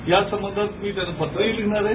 या संबंधात मी त्यांना पत्र हि लिहिणार आहे